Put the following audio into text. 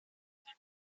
other